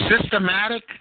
systematic